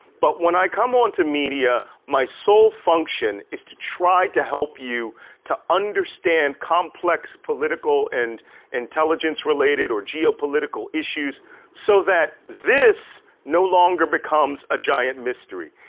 but when i come onto media, my sole function is to try to help you to understand complex political and intelligence-related or geopolitical issues so that this no longer becomes a giant mystery.